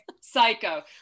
psycho